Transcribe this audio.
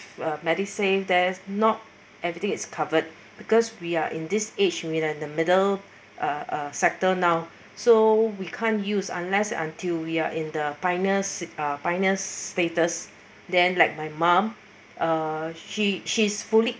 uh MediSave there not everything is covered because we are in this age we're in the middle uh sector now so we can't use unless until we are in the pioneers uh pioneers status then like my mom uh she she's fully